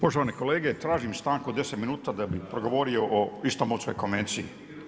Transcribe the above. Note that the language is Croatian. Poštovane kolege, tražim stanku od deset minuta da bi progovorio o Istambulskoj konvenciji.